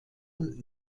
und